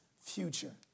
future